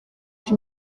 plus